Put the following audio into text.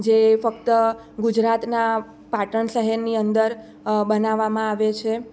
જે ફક્ત ગુજરાતનાં પાટણ શહેરની અંદર બનાવવામાં આવે છે